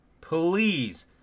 please